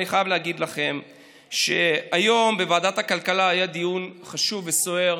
אני חייב להגיד לכם שהיום בוועדת הכלכלה היה דיון חשוב וסוער,